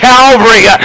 Calvary